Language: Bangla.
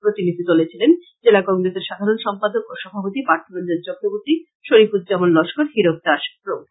প্রতিনিধিদলে ছিলেন জেলা কংগ্রেসের সাধারণ সম্পাদক ও সভাপতি পার্থ রঞ্জন চক্রবর্তী সরিফ উজ্জামান লস্কর হীরক দাস প্রমুখ